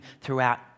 throughout